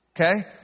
okay